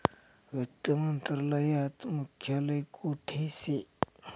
वित्त मंत्रालयात मुख्यालय कोठे शे